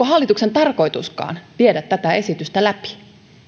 hallituksen tarkoituskaan viedä tätä esitystä läpi